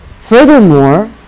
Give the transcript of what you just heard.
Furthermore